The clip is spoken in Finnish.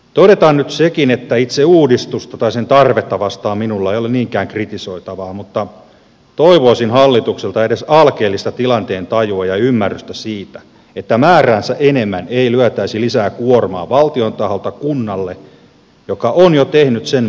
todetaan nyt sekin että itse uudistusta tai sen tarvetta vastaan minulla ei ole niinkään kritisoitavaa mutta toivoisin hallitukselta edes alkeellista tilanteen tajua ja ymmärrystä siitä että määräänsä enemmän ei lyötäisi lisää kuormaa valtion taholta kunnalle joka on jo tehnyt sen mitä on vaadittu